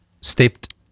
stepped